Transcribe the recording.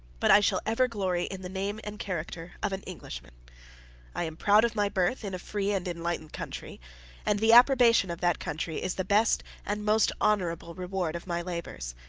but i shall ever glory in the name and character of an englishman i am proud of my birth in a free and enlightened country and the approbation of that country is the best and most honorable reward of my labors.